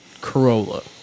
Corolla